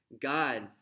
God